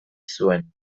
zuen